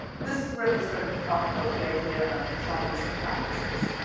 this is where they started to talk about the idea of shamanistic practices,